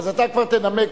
אז אתה כבר תנמק.